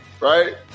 right